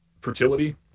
fertility